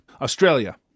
Australia